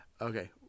Okay